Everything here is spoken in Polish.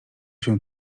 się